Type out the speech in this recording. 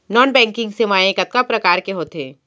non banking सेवाएं कतका प्रकार के होथे